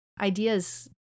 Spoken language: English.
ideas